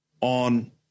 on